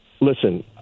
Listen